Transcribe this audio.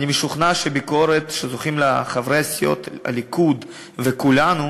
אני משוכנע שהביקורת שזוכים לה חברי הסיעות הליכוד וכולנו,